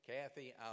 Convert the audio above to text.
Kathy